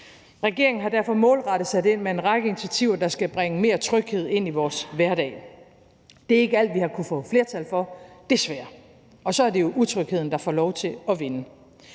Regeringen har derfor målrettet sat ind med en række initiativer, der skal bringe mere tryghed ind i vores hverdag. Det er ikke alt, vi har kunnet få flertal for, desværre. Og så er det jo utrygheden, der får lov til at vinde.